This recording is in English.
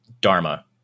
dharma